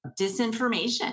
disinformation